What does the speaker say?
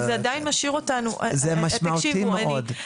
זה משמעותי מאוד.